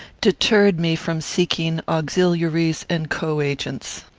deterred me from seeking auxiliaries and co-agents.